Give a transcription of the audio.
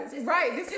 Right